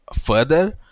further